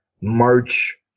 march